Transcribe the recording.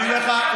אני אומר לך,